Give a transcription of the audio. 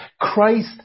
Christ